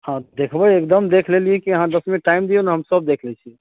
हँ देखबै एकदम देखि लेलिए कि अहाँ दश मिनट टाइम दियौ ने हम सब देख लै छी